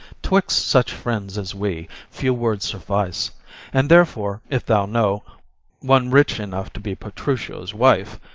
twixt such friends as we few words suffice and therefore, if thou know one rich enough to be petruchio's wife,